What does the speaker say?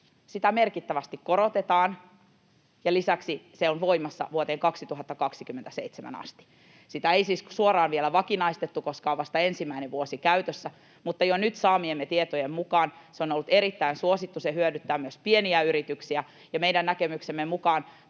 nyt — merkittävästi korotetaan, ja lisäksi se on voimassa vuoteen 2027 asti. Sitä ei siis suoraan vielä vakinaistettu, koska on vasta ensimmäinen vuosi käytössä, mutta jo nyt saamiemme tietojen mukaan se on ollut erittäin suosittu. Se hyödyttää myös pieniä yrityksiä, ja meidän näkemyksemme mukaan